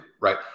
right